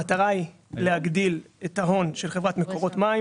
המטרה היא להגדיל את ההון של חברת מקורות מים,